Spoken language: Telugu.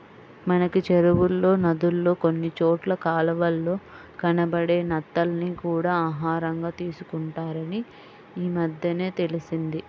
మనకి చెరువుల్లో, నదుల్లో కొన్ని చోట్ల కాలవల్లో కనబడే నత్తల్ని కూడా ఆహారంగా తీసుకుంటారని ఈమద్దెనే తెలిసింది